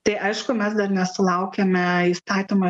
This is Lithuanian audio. tai aišku mes dar nesulaukėme įstatymo